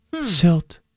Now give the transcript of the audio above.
silt